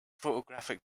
photographic